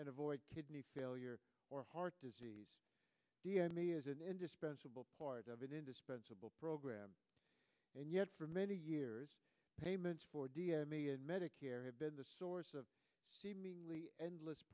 and avoid kidney failure or heart disease d m me as an indispensable part of an indispensable program and yet for many years payments for d m me and medicare have been the source of seemingly endless